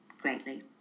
greatly